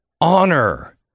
honor